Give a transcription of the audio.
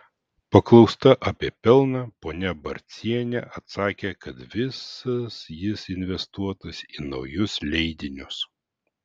paklausta apie pelną ponia barcienė atsakė kad visas jis investuotas į naujus leidinius